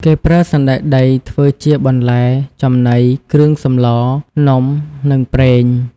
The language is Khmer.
គេប្រើសណ្ដែកដីធ្វើជាបន្លែ ចំណី គ្រឿងសម្លរ នំ និងប្រេង។